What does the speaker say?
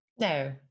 No